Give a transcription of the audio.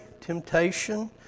temptation